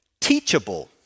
teachable